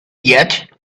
yet